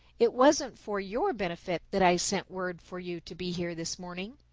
it wasn't for your benefit that i sent word for you to be here this morning.